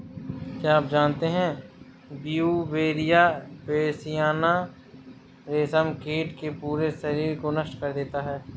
क्या आप जानते है ब्यूवेरिया बेसियाना, रेशम कीट के पूरे शरीर को नष्ट कर देता है